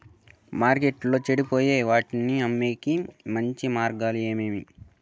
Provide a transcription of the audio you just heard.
మార్కెట్టులో చెడిపోయే వాటిని అమ్మేకి మంచి మార్గాలు ఏమేమి